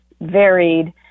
varied